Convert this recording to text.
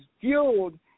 fueled